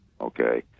okay